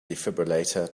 defibrillator